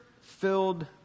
filled